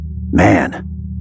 Man